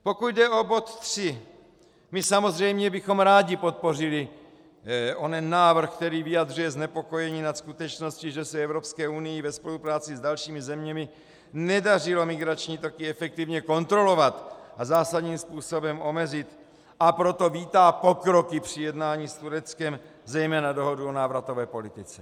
Pokud jde o bod 3, my bychom samozřejmě rádi podpořili onen návrh, který vyjadřuje znepokojení nad skutečností, že se Evropské unii ve spolupráci s dalšími zeměmi nedařilo migrační toky efektivně kontrolovat a zásadním způsobem omezit, a proto vítá pokroky při jednání s Tureckem, zejména dohodu o návratové politice.